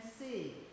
see